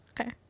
okay